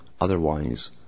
otherwise